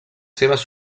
seves